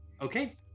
Okay